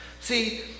See